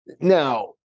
Now